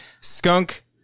Skunk